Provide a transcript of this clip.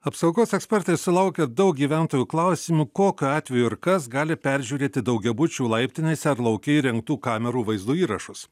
apsaugos ekspertai sulaukia daug gyventojų klausimų kokiu atveju ir kas gali peržiūrėti daugiabučių laiptinėse ar lauke įrengtų kamerų vaizdo įrašus